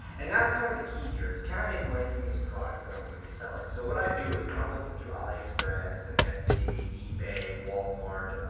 and that's kind of the key here is can i make money from these products that i'm gonna be selling? so what i do is when i'm looking through aliexpress, and etsy, ebay, walmart,